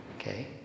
Okay